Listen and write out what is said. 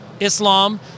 Islam